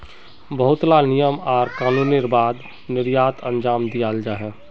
बहुत ला नियम आर कानूनेर बाद निर्यात अंजाम दियाल जाहा